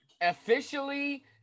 officially